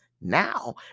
Now